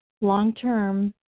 long-term